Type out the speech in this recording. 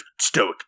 stoic